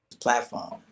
platform